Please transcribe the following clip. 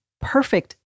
perfect